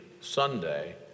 Sunday